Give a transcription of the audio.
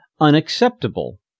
unacceptable